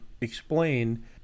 explain